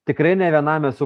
tikrai ne vienam esu